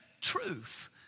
truth